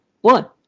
one